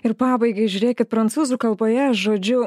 ir pabaigai žiūrėkit prancūzų kalboje žodžiu